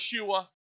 Yeshua